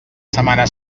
setmana